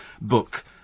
book